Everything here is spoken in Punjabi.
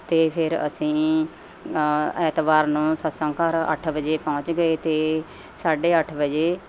ਅਤੇ ਫਿਰ ਅਸੀਂ ਐਤਵਾਰ ਨੂੰ ਸਤਿਸੰਗ ਘਰ ਅੱਠ ਵਜੇ ਪਹੁੰਚ ਗਏ ਅਤੇ ਸਾਢੇ ਅੱਠ ਵਜੇ